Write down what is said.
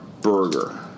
burger